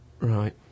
right